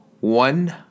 One